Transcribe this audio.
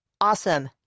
awesome